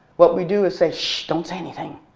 what we do is say shhh don't say anything.